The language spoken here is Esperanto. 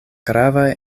gravaj